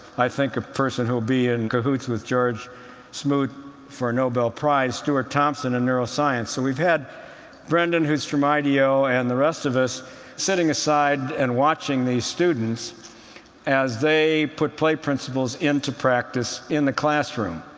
i think, a person who will be in cahoots with george smoot for a nobel prize stuart thompson, in neuroscience. so we've had brendan, who's from ideo, and the rest of us sitting aside and watching these students as they put play principles into practice in the classroom.